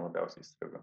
labiausiai įstrigo